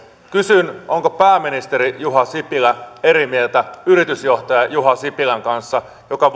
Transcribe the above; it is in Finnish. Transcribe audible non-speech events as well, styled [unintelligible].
kysyn onko pääministeri juha sipilä eri mieltä yritysjohtaja juha sipilän kanssa joka [unintelligible]